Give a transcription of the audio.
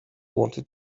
wanted